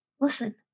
listen